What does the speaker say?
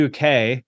UK